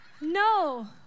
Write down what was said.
No